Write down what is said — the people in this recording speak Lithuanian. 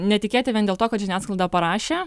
netikėti vien dėl to kad žiniasklaida parašė